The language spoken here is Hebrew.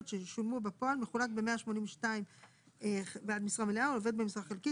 ששולמו בפועל מחולק ב- ,182 (בעד משרה מלאה) ולעובד במשרה חלקית,